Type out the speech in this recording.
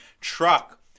truck